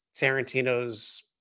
Tarantino's